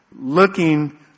looking